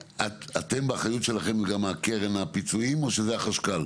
באחריות שלכם גם קרן הפיצויים או רק החשכ"ל?